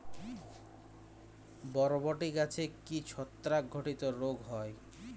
বরবটি গাছে কি ছত্রাক ঘটিত রোগ হয়?